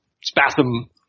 spasm